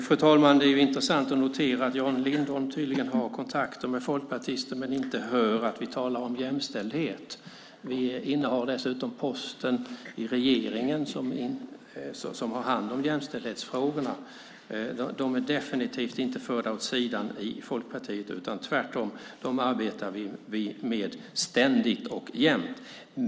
Fru talman! Det är intressant att notera att Jan Lindholm tydligen har kontakter med folkpartister men inte hör att vi talar om jämställdhet. Vi innehar dessutom posten i regeringen som innefattar jämställdhetsfrågorna. Dessa är definitivt inte förda åt sidan i Folkpartiet, utan tvärtom, dem arbetar vi ständigt och jämt med.